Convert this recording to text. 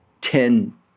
ten –